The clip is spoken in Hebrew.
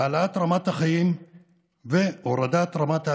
העלאת רמת החיים והורדת רמת האלימות.